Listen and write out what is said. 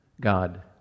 God